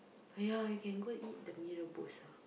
ah ya you can go eat the mee-rebus ah